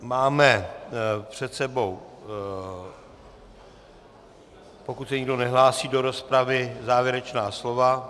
Máme před sebou, pokud se nikdo nehlásí do rozpravy, závěrečná slova.